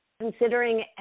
considering